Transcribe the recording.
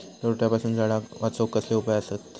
रोट्यापासून झाडाक वाचौक कसले उपाय आसत?